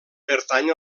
pertany